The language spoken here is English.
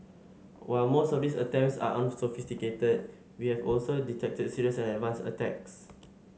while most of these attempts are unsophisticated we have also detected serious and advanced attacks